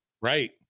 Right